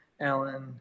Alan